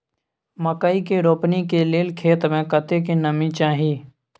मकई के रोपनी के लेल खेत मे कतेक नमी चाही?